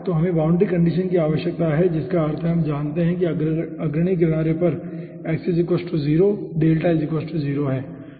तो हमें boundary condition की आवश्यकता है जिसका अर्थ है कि हम जानते हैं कि अग्रणी किनारे पर x 0 डेल्टा 0 है